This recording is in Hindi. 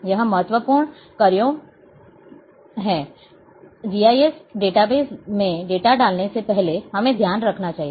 यह महत्वपूर्ण क्यों है जीआईएस डेटाबेस में डेटा डालने से पहले हमें ध्यान रखना चाहिए